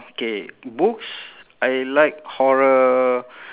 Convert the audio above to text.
K books I like horror